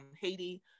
Haiti